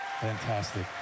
Fantastic